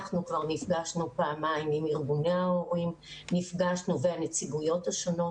אנחנו כבר נפגשנו פעמיים עם ארגוני ההורים והנציגויות השונות.